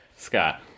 Scott